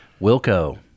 Wilco